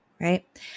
Right